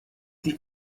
die